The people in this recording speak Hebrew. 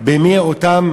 מי אותם